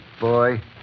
boy